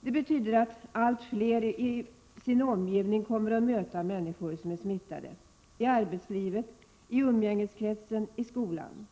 Det betyder att allt fler i sin omgivning, i arbetslivet, i umgängeskretsen och i skolan, kommer att möta människor som är smittade.